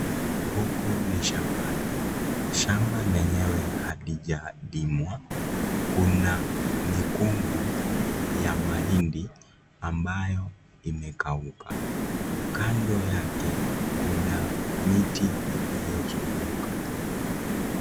Huku ni shambani, shamba lenyewe halijalimwa. Kuna mikungu ya mahindi ambayo imekauka. Kando yake kuna miti iliyozunguka.